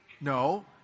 No